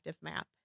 map